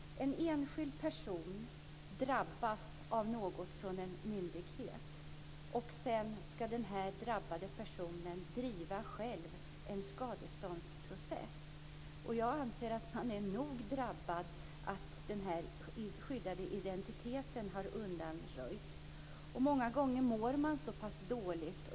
En enskild person kan drabbas av något på grund av en myndighet. Sedan ska den drabbade personen själv driva en skadeståndsprocess. Jag anser att man är nog drabbad av att den skyddade identiteten har undanröjts. Många gånger mår man dåligt.